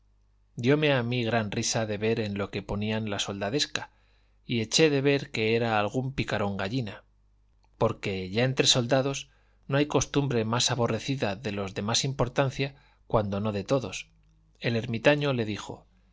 oficio diome a mí gran risa de ver en lo que ponía la soldadesca y eché de ver que era algún picarón gallina porque ya entre soldados no hay costumbre más aborrecida de los de más importancia cuando no de todos el ermitaño le dijo